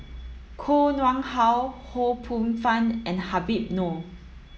Koh Nguang How Ho Poh Fun and Habib Noh